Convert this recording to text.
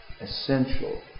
essential